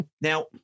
Now